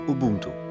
Ubuntu